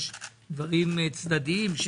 יש דברים צדדיים,